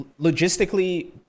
logistically